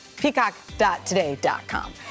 peacock.today.com